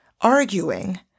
arguing